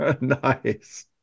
Nice